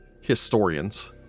historians